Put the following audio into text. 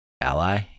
ally